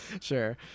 sure